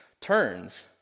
turns